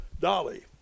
Dolly